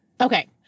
Okay